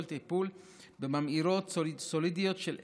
טיפול בממאירויות סולידיות של איברים,